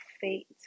Fate